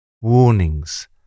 Warnings